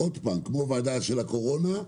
כמו הוועדה של הקורונה,